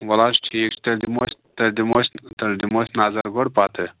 ول حظ ٹھیٖک چھُ تیٛلہِ دِمہوس تیٚلہِ دِمہوس تیٚلہِ دِمہوس نظر گۄڈٕ پَتہٕ